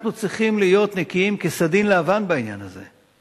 אנחנו צריכים להיות נקיים כסדין לבן בעניין הזה.